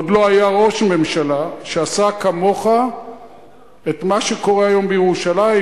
עוד לא היה ראש ממשלה שעשה כמוך את מה שקורה היום בירושלים,